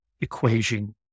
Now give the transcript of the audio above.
equation